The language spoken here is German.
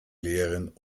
leeren